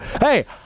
hey